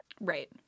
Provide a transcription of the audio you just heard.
Right